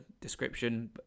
description